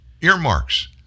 earmarks